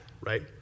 right